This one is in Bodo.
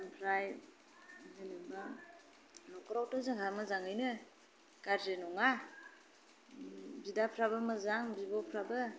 ओमफ्राय जेनेबा नखरावथ' जोंहा मोजाङानो गाज्रि नङा बिदाफोराबो मोजां बिब'फोराबो